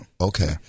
okay